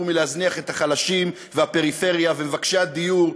מלהזניח את החלשים והפריפריה ומבקשי הדיור,